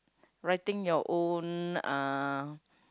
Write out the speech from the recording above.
writing your own uh